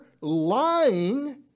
lying